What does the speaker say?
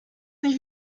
nicht